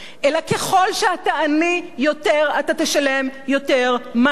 אלא ככל שאתה עני יותר אתה תשלם יותר מס,